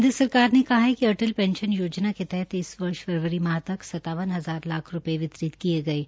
केन्द्र सरकार ने कहा है कि अटल पेंशन योजना के तहत इस वर्ष फरवारी माह तक सत्तावन हज़ार लाख रूपये वितरित किये गये है